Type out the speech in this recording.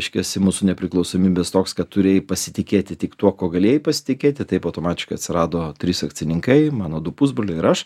reiškiasi mūsų nepriklausomybės toks kad turėjai pasitikėti tik tuo ko galėjai pasitikėti taip automatiškai atsirado trys akcininkai mano du pusbroliai ir aš